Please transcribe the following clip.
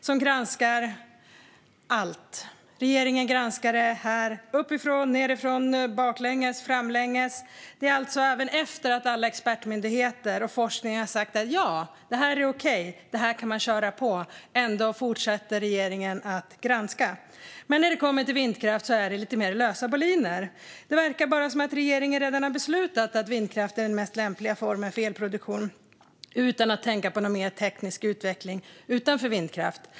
Där granskar regeringen allt - uppifrån, nedifrån, baklänges och framlänges - även efter att alla expertmyndigheter och all forskning sagt: Ja, det här är okej; här kan man köra på. Ändå fortsätter regeringen att granska. Men när det kommer till vindkraft är det lite mer lösa boliner. Det verkar som att regeringen redan har beslutat att vindkraft är den mest lämpliga formen av elproduktion utan att tänka mer på teknisk utveckling utanför vindkraft.